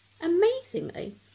amazingly